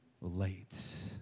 late